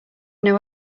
know